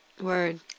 Word